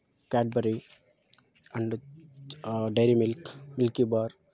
Cadbury and dairy milk milky bar